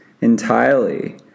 entirely